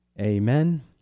Amen